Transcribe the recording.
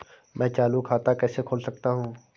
मैं चालू खाता कैसे खोल सकता हूँ?